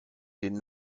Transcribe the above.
den